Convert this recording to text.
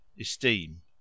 Esteem